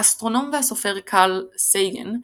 האסטרונום והסופר קרל סייגן,